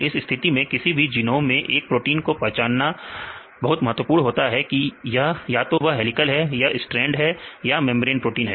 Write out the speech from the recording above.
इस स्थिति में किसी भी जीनोम में एक प्रोटीन को पहचानना बहुत महत्वपूर्ण हो जाता है की या तो वह हेलीकल या स्ट्रैंड है या वह मेंब्रेन प्रोटीन है